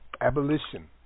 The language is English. Abolition